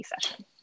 session